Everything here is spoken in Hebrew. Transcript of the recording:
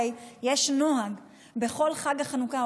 הרי יש נוהל בכל חג החנוכה,